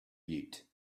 eat